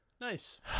nice